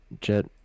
Jet